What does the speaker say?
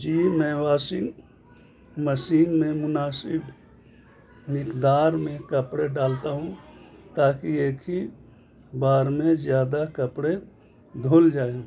جی میں washing machine میں مناسب مقدار میں کپڑے ڈالتا ہوں تاکہ ایک ہی بار میں زیادہ کپڑے دھل جائیں